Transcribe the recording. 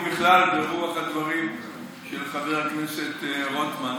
ובכלל ברוח הדברים של חבר הכנסת רוטמן,